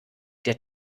der